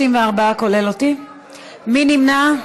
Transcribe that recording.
מי נמנע?